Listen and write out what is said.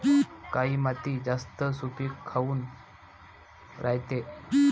काळी माती जास्त सुपीक काऊन रायते?